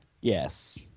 yes